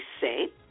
say